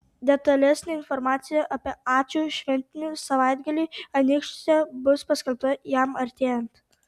detalesnė informacija apie ačiū šventinį savaitgalį anykščiuose bus paskelbta jam artėjant